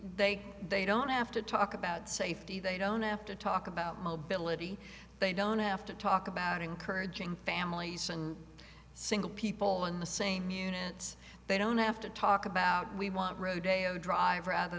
they they don't have to talk about safety they don't have to talk about mobility they don't have to talk about encouraging families and single people in the same units they don't have to talk about we want roday oh dr rather